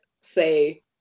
say